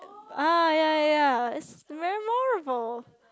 ah yeah yeah yeah it's memorable